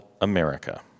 America